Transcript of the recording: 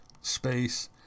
space